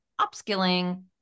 upskilling